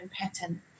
pattern